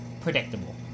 predictable